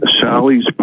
Sally's